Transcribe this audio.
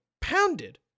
pounded